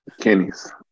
Kenny's